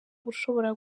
ushobora